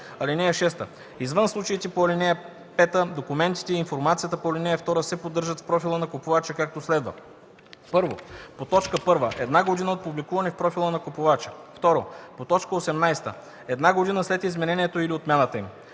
(6) Извън случаите по ал. 5 документите и информацията по ал. 2 се поддържат в профила на купувача, както следва: 1. по т. 1 – една година от публикуването в профила на купувача; 2. по т. 18 – една година след изменението или отмяната им;